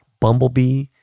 Bumblebee